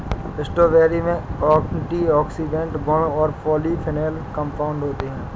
strawberry में antioxidant गुण और पॉलीफेनोल कंपाउंड होते हैं